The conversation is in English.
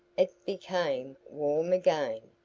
it became warm again.